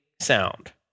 sound